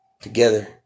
together